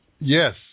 Yes